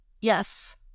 Yes